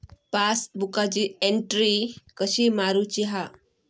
पासबुकाची एन्ट्री कशी मारुची हा?